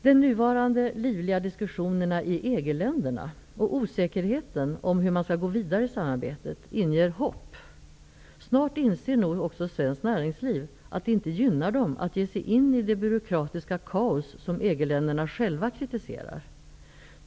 De nuvarande livliga diskussionerna i EG-länderna och osäkerheten om hur man skall gå vidare i samarbete inger hopp. Snart inser nog också svenskt näringsliv att det inte gynnar dem att ge sig in i det byråkratiska kaos som EG-länderna själva kritiserar.